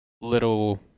little